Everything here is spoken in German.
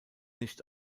nicht